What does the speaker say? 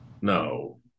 No